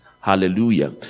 Hallelujah